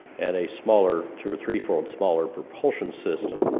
and a smaller, two or threefold smaller propulsion system.